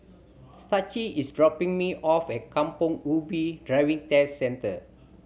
Staci is dropping me off at Kampong Ubi Driving Test Centre